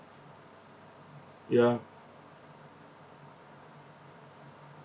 ya